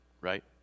right